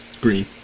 green